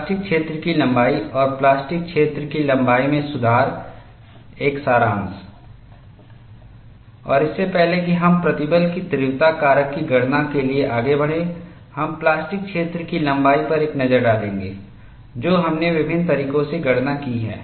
plastic क्षेत्र की लंबाई और प्लास्टिक क्षेत्र की लंबाई में सुधार एक सारांश और इससे पहले कि हम प्रतिबल की तीव्रता कारक की गणना के लिए आगे बढ़ें हम प्लास्टिक क्षेत्र की लंबाई पर एक नज़र डालेंगे जो हमने विभिन्न तरीकों से गणना की है